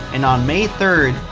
and on may third,